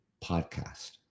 podcast